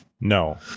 No